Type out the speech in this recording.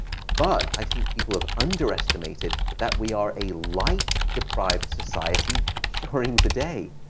but i think people have underestimated that we are a light-deprived society during the day.